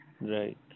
right